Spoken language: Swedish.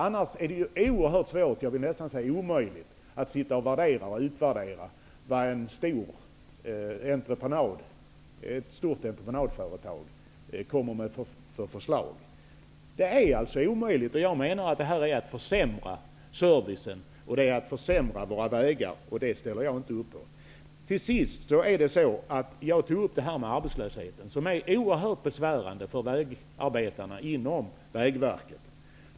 Annars är det oerhört svårt för att inte säga omöjligt att värdera och utvärdera förslag från ett stort entreprenadföretag. Det är omöjligt. Jag menar att det är att försämra servicen och att försämra våra vägar, och det ställer jag inte upp på. Till sist: Jag tog upp det här med arbetslösheten, som är oerhört besvärande för vägarbetarna inom Vägverket.